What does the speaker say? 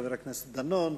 חבר הכנסת דנון,